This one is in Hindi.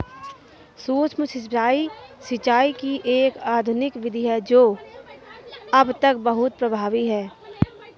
सूक्ष्म सिंचाई, सिंचाई की एक आधुनिक विधि है जो अब तक बहुत प्रभावी है